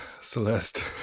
Celeste